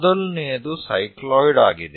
ಮೊದಲನೆಯದು ಸೈಕ್ಲಾಯ್ಡ್ ಆಗಿದೆ